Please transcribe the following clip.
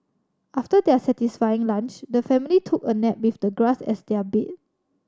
after their satisfying lunch the family took a nap with the grass as their bed